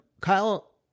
Kyle